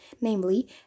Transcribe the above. namely